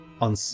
on